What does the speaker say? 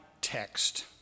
text